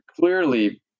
clearly